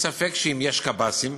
אין לי ספק שאם יש קב"סים,